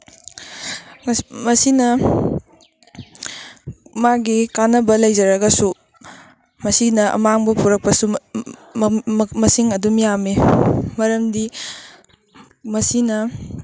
ꯃꯁꯤꯅ ꯃꯥꯒꯤ ꯀꯥꯟꯅꯕ ꯂꯩꯖꯔꯒꯁꯨ ꯃꯁꯤꯅ ꯑꯃꯥꯡꯕ ꯄꯨꯔꯛꯄꯁꯨ ꯃꯁꯤꯡ ꯑꯗꯨꯝ ꯌꯥꯝꯃꯤ ꯃꯔꯝꯗꯤ ꯃꯁꯤꯅ